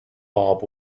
bob